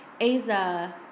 Aza